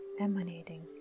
emanating